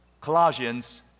Colossians